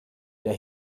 der